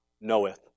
knoweth